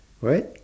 what